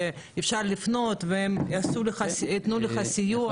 שאפשר לפנות והם ייתנו לך סיוע.